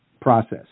process